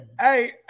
hey